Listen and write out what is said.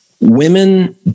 Women